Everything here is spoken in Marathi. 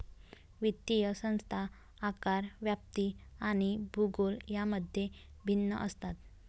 वित्तीय संस्था आकार, व्याप्ती आणि भूगोल यांमध्ये भिन्न असतात